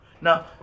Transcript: Now